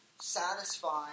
satisfying